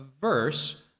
verse